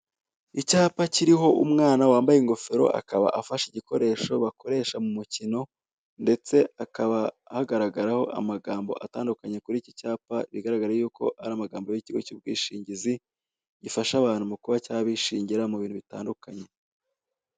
Icyapa kiriho umwana wambaye ingofero, akaba afashe igikoresho bakoresha mumukino, ndetse hakaba hagaragaraho amagambo atandukanye kuri icyi cyapa bigaragara yuko ari amagambo ya ikigo cy'ubwishingizi, gifasha abantu mukuba cyabishingira mu bintu bitandukanye.